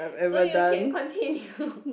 so you can continue